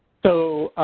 so